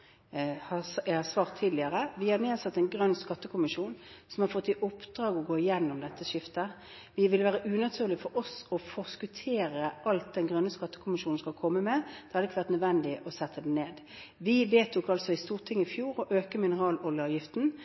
jeg har svart tidligere. Vi har nedsatt en grønn skattekommisjon som har fått i oppdrag å gå igjennom dette skiftet. Det vil være unaturlig for oss å forskuttere alt den grønne skattekommisjonen skal komme med – da hadde det ikke vært nødvendig å nedsette den. Stortinget vedtok i fjor å øke mineraloljeavgiften.